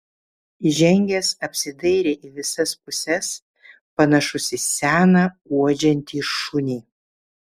įžengęs apsidairė į visas puses panašus į seną uodžiantį šunį